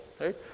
right